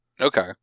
Okay